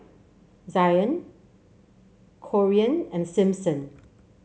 Zion Corean and Simpson